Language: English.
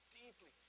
deeply